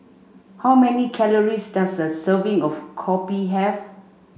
how many calories does a serving of Kopi have